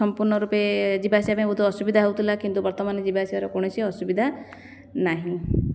ସମ୍ପୂର୍ଣ୍ଣ ରୂପେ ଯିବାଆସିବା ପାଇଁ ବହୁତ ଅସୁବିଧା ହେଉଥିଲା କିନ୍ତୁ ବର୍ତ୍ତମାନ ଯିବାଆସିବାର କୌଣସି ଅସୁବିଧା ନାହିଁ